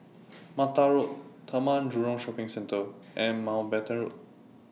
Mata Road Taman Jurong Shopping Centre and Mountbatten Road